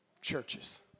churches